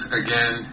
again